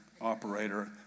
operator